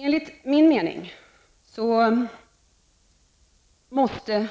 Enligt min mening måste